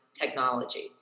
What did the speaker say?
technology